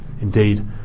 indeed